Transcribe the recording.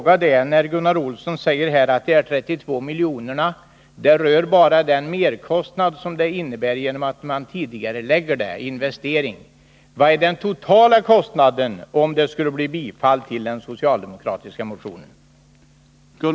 Gunnar Olsson säger att de 32 miljonerna bara gäller den merkostnad som en tidigareläggning av den här investeringen innebär. Men då vill jag fråga: Vilken blir den totala kostnaden, om det skulle bli bifall till den socialdemokratiska motionen?